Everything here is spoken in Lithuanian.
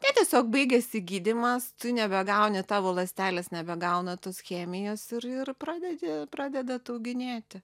ne tiesiog baigiasi gydymas tu nebegauni tavo ląstelės nebegauna tos chemijos ir ir pradėti pradeda atauginėti